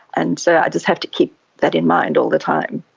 and so i just have to keep that in mind all the time.